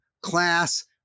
class